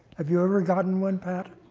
have you ever gotten one, pat?